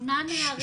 שמונה נערים.